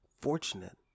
fortunate